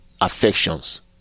affections